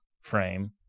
frame